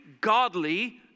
godly